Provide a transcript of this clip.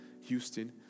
Houston